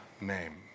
name